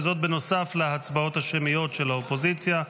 וזאת בנוסף להצבעות השמיות של האופוזיציה.